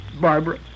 Barbara